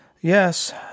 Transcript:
Yes